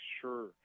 sure